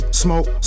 smoke